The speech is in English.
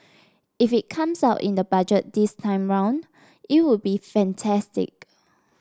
if it comes out in the budget this time around it would be fantastic